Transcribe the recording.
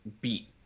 beat